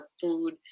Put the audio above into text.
food